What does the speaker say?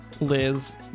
liz